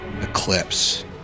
Eclipse